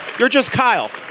you're just kyle.